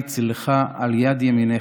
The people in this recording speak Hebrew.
צִלך על יד ימינך.